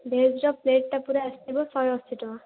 ଭେଜ୍ର ପ୍ଲେଟ୍ଟା ପୂରା ଆସିବ ଶହେ ଅଶି ଟଙ୍କା